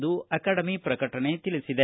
ಎಂದು ಅಕಾಡೆಮಿ ಪ್ರಕಟಣೆ ತಿಳಿಸಿದೆ